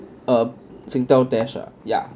um Singtel Dash ah ya